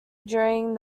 during